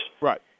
Right